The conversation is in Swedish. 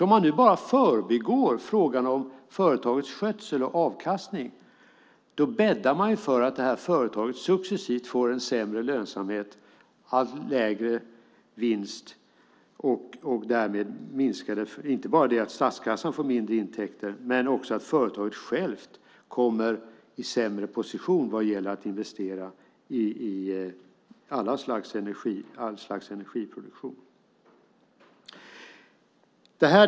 Om man nu bara förbigår frågan om företagets skötsel och avkastning bäddar man för att företaget successivt får en sämre lönsamhet och lägre vinst. Det är inte bara att statskassan får lägre intäkter utan företaget självt kommer i sämre position vad gäller att investera i allt slags energiproduktion.